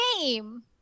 game